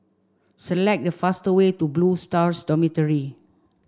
select the fastest way to Blue Stars Dormitory